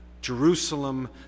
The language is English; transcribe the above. Jerusalem